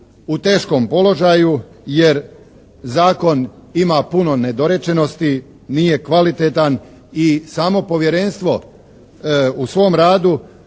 u teškom položaju jer zakon ima puno nedorečenosti, nije kvalitetan i samo povjerenstvo u svom radu